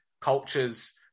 cultures